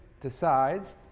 decides